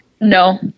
No